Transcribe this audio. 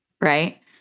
right